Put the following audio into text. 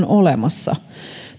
olemassa